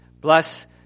Bless